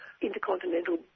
intercontinental